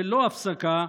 ללא הפסקה,